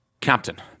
Captain